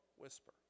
whisper